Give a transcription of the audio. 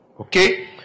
Okay